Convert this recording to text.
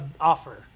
offer